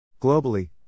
Globally